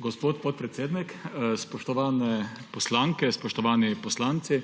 Gospod podpredsednik, spoštovane poslanke, spoštovani poslanci,